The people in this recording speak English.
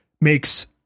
makes